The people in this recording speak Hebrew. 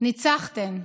ניצחתן.